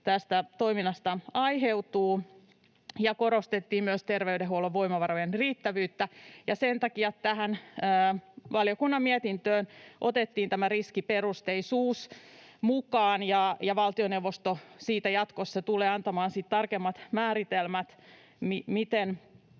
tästä toiminnasta aiheutuu. Korostettiin myös terveydenhuollon voimavarojen riittävyyttä. Sen takia tähän valiokunnan mietintöön otettiin tämä riskiperusteisuus mukaan, ja valtioneuvosto tulee siitä jatkossa antamaan tarkemmat määritelmät, miten